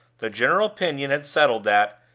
the general opinion has settled that,